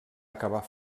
acabar